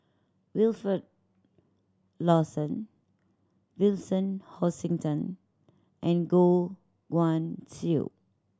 Wilfed Lawson Vincent Hoisington and Goh Guan Siew